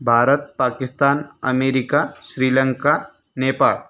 Bharat Pakistan America Sri Lanka Nepal